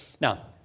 Now